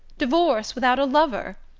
divorce without a lover?